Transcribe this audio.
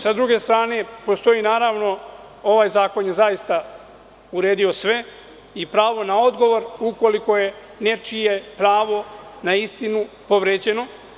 Sa druge strane, postoji naravno, ovaj zakon je zaista uredio sve, i pravo na odgovor ukoliko je nečije pravo na istinu povređeno.